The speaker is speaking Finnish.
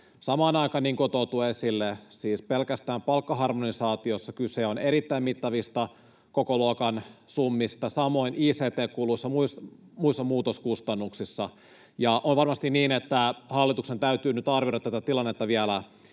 Samaan aikaan, niin kuin on tuotu esille, siis pelkästään palkkaharmonisaatiossa kyse on erittäin mittavan kokoluokan summista, samoin ict-kuluissa ja muissa muutoskustannuksissa. On varmasti niin, että hallituksen täytyy nyt arvioida tätä tilannetta vielä